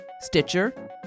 Stitcher